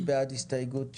מי בעד הסתייגות 2?